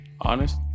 Honest